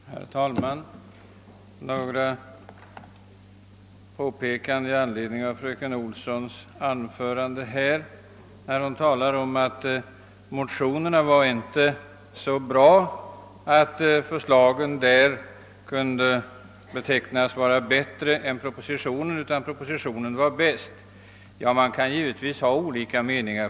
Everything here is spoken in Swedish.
Herr talman! Några påpekanden i anledning av fröken Olssons anförande. Fröken Olsson säger att motionerna inte kunde anses vara bättre är propositionen. Därvidlag kan det naturligtvis råda olika meningar.